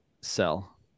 sell